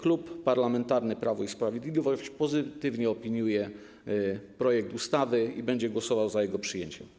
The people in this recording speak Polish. Klub Parlamentarny Prawo i Sprawiedliwość pozytywnie opiniuje projekt ustawy i będzie głosował za jego przyjęciem.